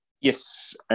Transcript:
Yes